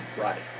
Right